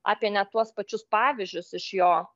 apie ne tuos pačius pavyzdžius iš jo